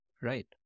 Right